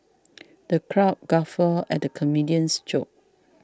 the crowd guffawed at the comedian's jokes